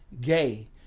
gay